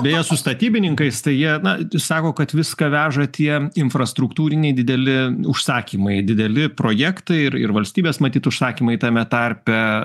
beje su statybininkais tai jie na sako kad viską veža tie infrastruktūriniai dideli užsakymai dideli projektai ir ir valstybės matyt užsakymai tame tarpe